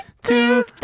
two